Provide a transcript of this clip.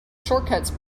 shortcuts